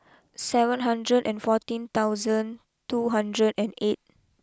seven hundred and fourteen thousand two hundred and eight